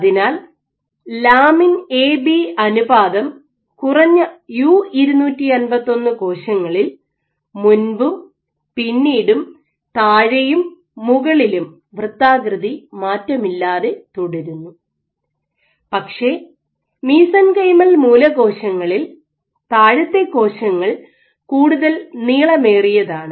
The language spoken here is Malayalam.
അതിനാൽ ലാമിൻ എ ബി അനുപാതം കുറഞ്ഞ യു 251 കോശങ്ങളിൽ മുൻപും പിന്നീടും താഴെയും മുകളിലും വൃത്താകൃതി മാറ്റമില്ലാതെ തുടരുന്നു പക്ഷേ മീസെൻകൈമൽമൂലകോശങ്ങളിൽ താഴത്തെ കോശങ്ങൾ കൂടുതൽ നീളമേറിയതാണ്